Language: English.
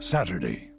Saturday